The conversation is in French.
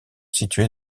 situé